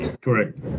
Correct